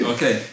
Okay